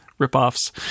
ripoffs